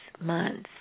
months